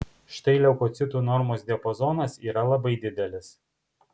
štai leukocitų normos diapazonas yra labai didelis